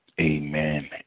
Amen